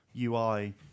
ui